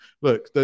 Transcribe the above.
Look